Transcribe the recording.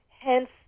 hence